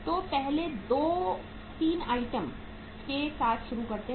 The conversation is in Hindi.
तो पहले दो 3 आइटम के साथ शुरू करते हैं